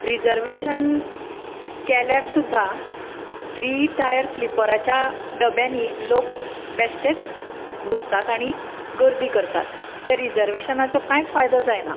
reservation केल्यार सुद्दा three tier स्लिपराच्या डब्यांनी लोक बेश्टेच घुस्तात आनी गर्दी करतात तर ह्या रिझर्वेशनाचो कांयच फायदो जायना